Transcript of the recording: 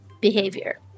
behavior